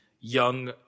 young